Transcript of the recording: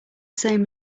same